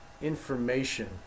information